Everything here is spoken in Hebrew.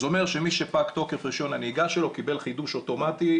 זה אומר שמי פג תוקף רישיון הנהיגה שלו קיבל חידוש אוטומטי,